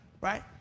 right